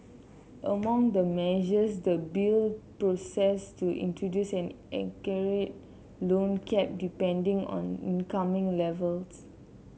among the measures the bill proposes to introduce an aggregate loan cap depending on income levels